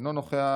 אינה נוכחת,